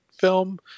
film